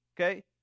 okay